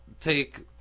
take